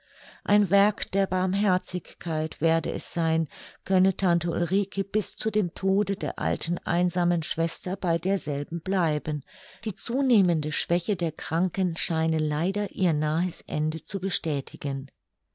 ein werk der barmherzigkeit werde es sein könne tante ulrike bis zu dem tode der alten einsamen schwester bei derselben bleiben die zunehmende schwäche der kranken scheine leider ihr nahes ende zu bestätigen